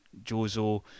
Jozo